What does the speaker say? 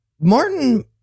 Martin